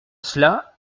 cela